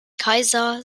kaiser